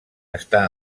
està